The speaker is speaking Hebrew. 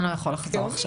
יוכל להעיר.